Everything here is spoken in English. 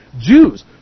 Jews